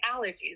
allergies